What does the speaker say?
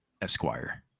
esquire